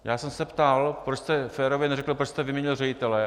Já jsem se ptal, proč jste férově neřekl, proč jste vyměnil ředitele.